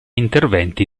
interventi